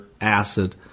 acid